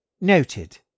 noted